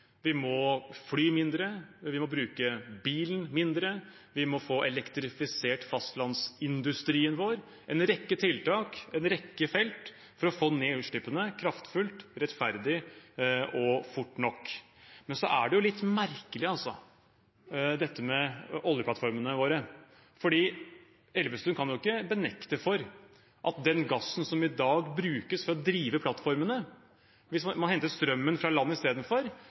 Vi må fly mindre, vi må bruke bilen mindre, vi må få elektrifisert fastlandsindustrien vår – en rekke tiltak, en rekke felt for å få ned utslippene kraftfullt, rettferdig og fort nok. Men det er litt merkelig, dette med oljeplattformene våre. Elvestuen kan jo ikke nekte for at når det gjelder den gassen som i dag brukes for å drive plattformene, og hvis man henter strømmen fra land istedenfor,